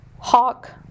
Hawk